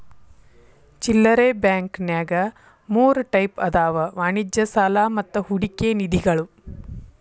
ಚಿಲ್ಲರೆ ಬಾಂಕಂನ್ಯಾಗ ಮೂರ್ ಟೈಪ್ ಅದಾವ ವಾಣಿಜ್ಯ ಸಾಲಾ ಮತ್ತ ಹೂಡಿಕೆ ನಿಧಿಗಳು